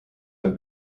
have